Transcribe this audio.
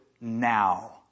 now